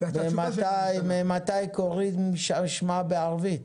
ממתי קוראים שמע בשחרי,